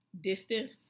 distance